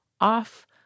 off